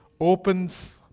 opens